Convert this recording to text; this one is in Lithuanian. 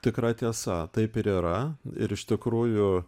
tikra tiesa taip ir yra ir iš tikrųjų